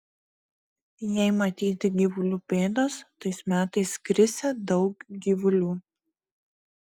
jei matyti gyvulių pėdos tais metais krisią daug gyvulių